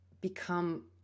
become